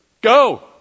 go